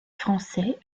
français